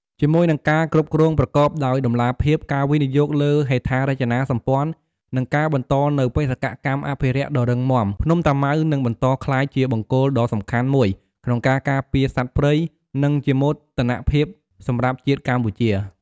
ជាមួយនឹងការគ្រប់គ្រងប្រកបដោយតម្លាភាព ការវិនិយោគលើហេដ្ឋារចនាសម្ព័ន្ធ និងការបន្តនូវបេសកកម្មអភិរក្សដ៏រឹងមាំ ភ្នំតាម៉ៅនឹងបន្តក្លាយជាបង្គោលដ៏សំខាន់មួយក្នុងការការពារសត្វព្រៃ និងជាមោទនភាពសម្រាប់ជាតិកម្ពុជា។